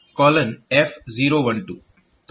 તો અહીં શું થશે